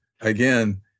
again